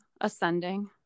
ascending